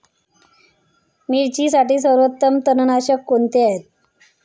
मिरचीसाठी सर्वोत्तम तणनाशक कोणते आहे?